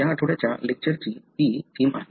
या आठवड्याच्या लेक्चरची ती थीम आहे